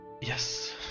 Yes